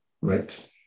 Right